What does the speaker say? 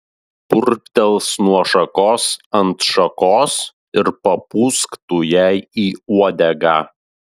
purptels nuo šakos ant šakos ir papūsk tu jai į uodegą